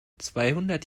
zweihundert